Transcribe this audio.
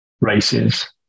races